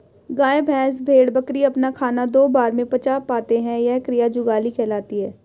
गाय, भैंस, भेड़, बकरी अपना खाना दो बार में पचा पाते हैं यह क्रिया जुगाली कहलाती है